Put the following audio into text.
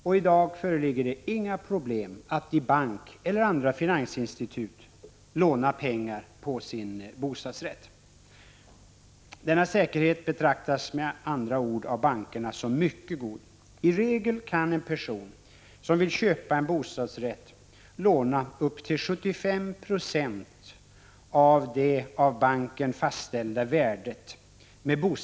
I dag föreligger inte några problem att i bank eller i andra finansinstitut låna pengar på sin bostadsrätt. Denna säkerhet betraktas med andra ord som mycket god av bankerna. I regel kan en person som vill köpa en bostadsrätt med bostadsrätten som säkerhet låna upp till 75 96 av det av banken fastställda värdet.